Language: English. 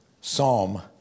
Psalm